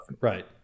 Right